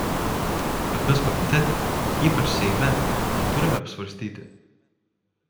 bet mes komitete ypač seime manau turime apsvarstyti